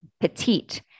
petite